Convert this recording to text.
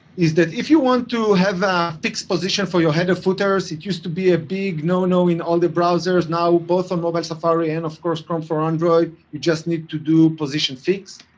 is that if you want to have a fixed position for your head or footers, it used to be a big no-no in all the browsers. now both on mobile safari and, of course, chrome for android, you just need to do position fix.